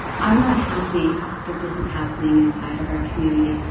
i'm not happy that this is happening inside of our community,